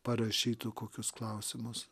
parašytų kokius klausimus